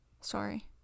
Sorry